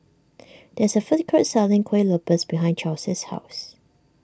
there is a food court selling Kuih Lopes behind Chelsie's house